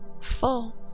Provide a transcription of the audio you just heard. full